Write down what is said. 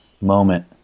moment